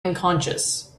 unconscious